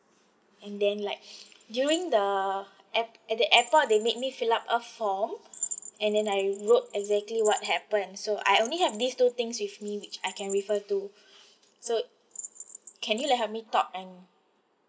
and then like during the at at the airport they made me fill up a form and then I wrote exactly what happened so I only have these two things with me which I can refer to so can you like help me talk and